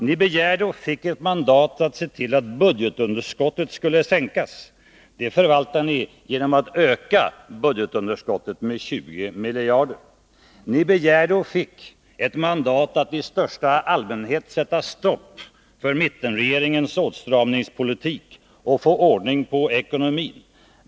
Ni begärde och fick ett mandat att se till att budgetunderskottet skulle sänkas. Det förvaltar ni genom att öka budgetunderskottet med 20 miljarder kronor. Ni begärde och fick ett mandat att i största allmänhet sätta stopp för mittenregeringens åtstramningspolitik och få ordning på ekonomin.